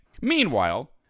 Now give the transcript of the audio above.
Meanwhile